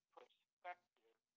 Perspective